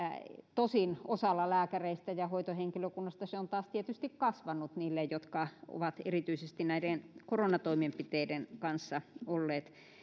tosin osalla lääkäreistä ja hoitohenkilökunnasta se on taas tietysti kasvanut niillä jotka ovat erityisesti näiden korona toimenpiteiden kanssa olleet